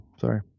sorry